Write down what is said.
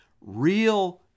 Real